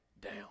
down